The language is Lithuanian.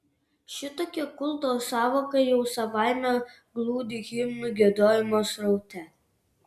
šitokia kulto sąvoka jau savaime glūdi himnų giedojimo sraute